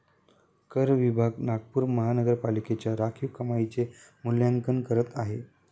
कर विभाग नागपूर महानगरपालिकेच्या राखीव कमाईचे मूल्यांकन करत आहे